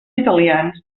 italians